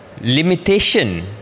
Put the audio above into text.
limitation